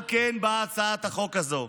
על כן באה הצעת החוק הזו,